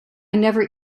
never